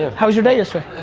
how was your day yesterday?